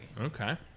Okay